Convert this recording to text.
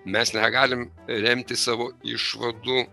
mes negalim remti savo išvadų